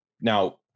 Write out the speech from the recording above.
Now